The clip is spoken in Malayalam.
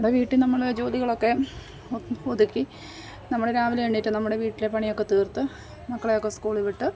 നമ്മുടെ വീട്ടിൽ നമ്മൾ ജോലികളൊക്കെ ഒതുക്കി നമ്മൾ രാവിലെ എണീറ്റ് നമ്മുടെ വീട്ടിലെ പണി ഒക്കെ തീർത്ത് മക്കളെ ഒക്കെ സ്കൂളിൽ വിട്ട്